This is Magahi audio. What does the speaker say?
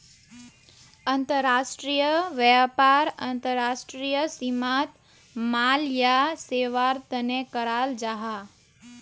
अंतर्राष्ट्रीय व्यापार अंतर्राष्ट्रीय सीमात माल या सेवार तने कराल जाहा